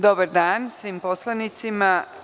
Dobar dan svim poslanicima.